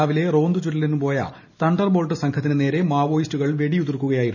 രാവിലെ റോന്തുചുറ്റലിന് പോയ തണ്ടർ ബോൾട്ട് സംഘത്തിന് നേരെ മാവോയിസ്റ്റുകൾ വെടിയുതിർക്കുകയായിരുന്നു